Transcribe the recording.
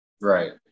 Right